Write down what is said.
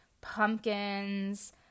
pumpkins